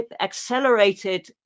accelerated